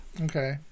Okay